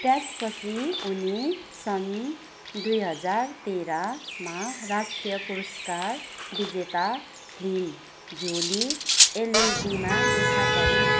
त्यसपछि उनी सन् दुई हजार तेह्रमा राष्ट्रिय पुरस्कार विजेता फिल्म झोली एलएलबिमा देखा परिन्